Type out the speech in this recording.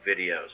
videos